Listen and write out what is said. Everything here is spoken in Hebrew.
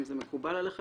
אם זה מקובל עליכם,